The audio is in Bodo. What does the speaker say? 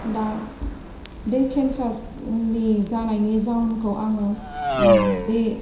दा बे केन्सार नि जानायनि जाउनखौ आङो बे